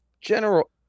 general